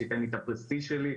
שייתן לי את הפרסטיג' שלי',